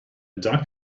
duck